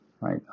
right